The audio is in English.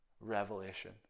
revelation